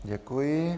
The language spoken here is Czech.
Děkuji.